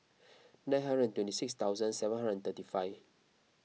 nine hundred twenty six thousand seven hundred thirty five